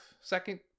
second